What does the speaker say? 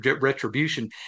retribution